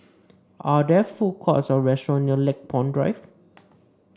are there food courts or restaurants near Lakepoint Drive